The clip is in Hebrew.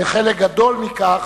וחלק גדול מכך,